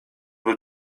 był